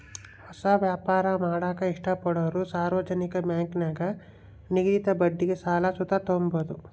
ಹೊಸ ವ್ಯಾಪಾರ ಮಾಡಾಕ ಇಷ್ಟಪಡೋರು ಸಾರ್ವಜನಿಕ ಬ್ಯಾಂಕಿನಾಗ ನಿಗದಿತ ಬಡ್ಡಿಗೆ ಸಾಲ ಸುತ ತಾಬೋದು